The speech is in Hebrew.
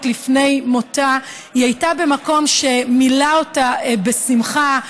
לפני מותה היא הייתה במקום שמילא אותה בשמחה,